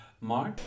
Mark